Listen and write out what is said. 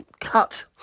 cut